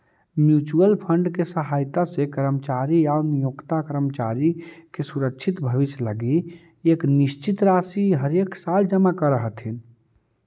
mutual fund के सहायता से कर्मचारी आउ नियोक्ता कर्मचारी के सुरक्षित भविष्य लगी एक निश्चित राशि हरेकसाल जमा करऽ हथिन